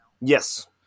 Yes